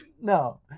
no